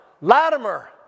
Latimer